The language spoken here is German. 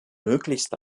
möglichst